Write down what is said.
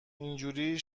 اینجوری